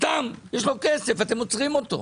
סתם יש לו כסף, אתם לא צריכים אותו.